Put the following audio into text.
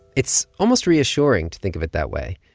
it's almost reassuring to think of it that way,